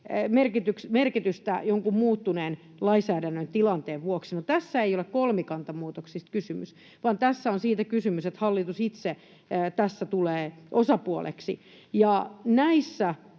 merkitystä jonkun muuttuneen lainsäädännön tilanteen vuoksi. No, tässä ei ole kolmikantamuutoksista kysymys, vaan tässä on siitä kysymys, että hallitus itse tässä tulee osapuoleksi.